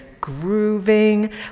grooving